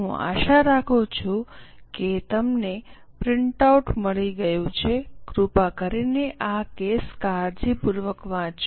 હું આશા રાખું છું કે તમને પ્રિન્ટઆઉટ મળી ગયું છે કૃપા કરીને આ કેસ કાળજીપૂર્વક વાંચો